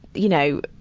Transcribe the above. you know,